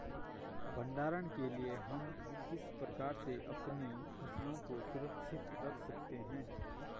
भंडारण के लिए हम किस प्रकार से अपनी फसलों को सुरक्षित रख सकते हैं?